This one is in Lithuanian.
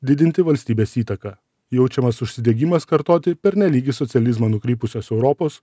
didinti valstybės įtaką jaučiamas užsidegimas kartoti pernelyg į socializmą nukrypusios europos